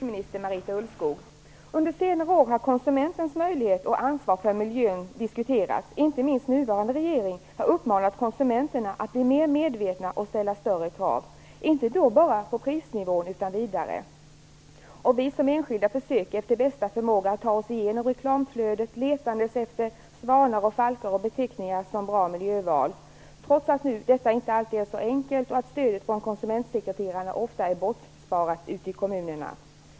Herr talman! Under senare år har konsumenternas möjligheter och ansvar när det gäller miljön diskuterats. Inte minst den nuvarande regeringen har uppmanat konsumenterna att bli mer medvetna och ställa större krav. Det handlar då inte om prisnivån, utan det är vidare än så. Vi som enskilda försöker efter bästa förmåga att ta oss igenom reklamflödet letande efter svanar, falkar och beteckningar som "bra miljöval". Vi gör detta trots att det inte alltid är så enkelt och trots att stödet från konsumentsekreterarna ofta är bortsparat ute i kommunerna.